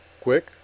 quick